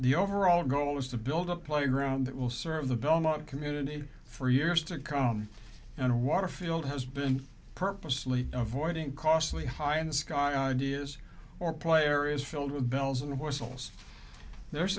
the overall goal is to build a playground that will serve the belmont community for years to come and waterfield has been purposely avoiding costly high in the sky ideas or play areas filled with bells and whistles the